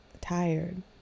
tired